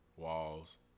Walls